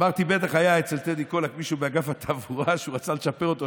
אמרתי: בטח היה אצל טדי קולק מישהו באגף התברואה שהוא רצה לצ'פר אותו,